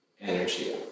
energy